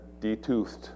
detoothed